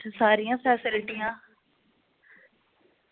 सारियां फैस्लिटियां